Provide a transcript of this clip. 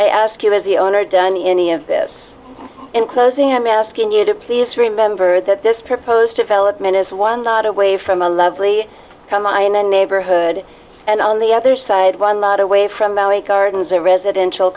ask you as the owner danny any of this in closing i'm asking you to please remember that this proposed development is one dot away from a lovely in a neighborhood and on the other side one lot away from maui gardens a residential